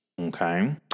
Okay